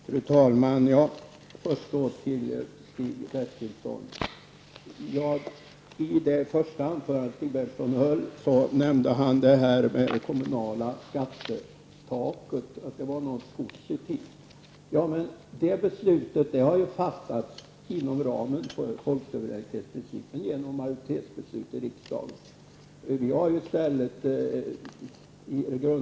Fru talman! Jag vill först vända mig till Stig Bertilsson höll nämnde han att det kommunala skattetaket var någonting positivt. Beslutet om detta har fattats inom ramen för folksuveränitetsprincipen genom majoritetsbeslut i riksdagen.